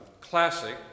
classic